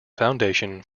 foundation